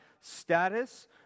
status